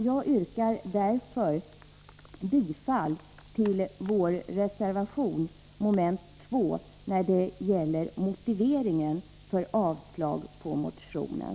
Jag yrkar därför bifall till vår reservation, som gäller mom. 2, motiveringen för avstyrkandet av motionen.